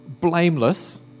blameless